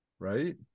right